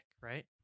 right